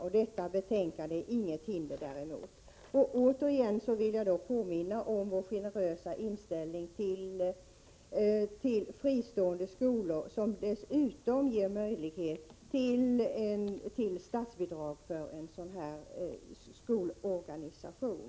Detta betänkande är inget hinder däremot. Återigen vill jag påminna om vår generösa inställning till fristående skolor, vilken dessutom ger möjlighet till statsbidrag för en sådan här skolorganisation.